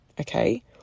Okay